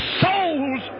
souls